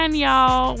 y'all